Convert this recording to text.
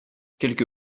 quelque